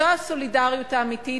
זו הסולידריות האמיתית,